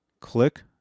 click